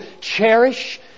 cherish